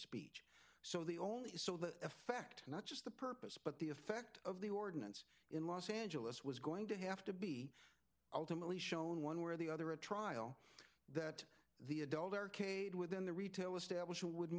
first so the only so that affect not just the purpose but the effect of the ordinance in los angeles was going to have to be ultimately shown one where the other a trial that the adult arcade within the retail establishment would